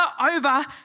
over